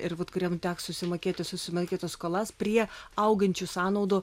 ir kuriem teks susimokėti susimokėti skolas prie augančių sąnaudų